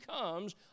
comes